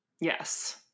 Yes